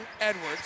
Edwards